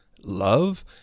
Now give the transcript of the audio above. love